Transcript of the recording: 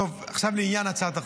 טוב, עכשיו לעניין הצעת החוק.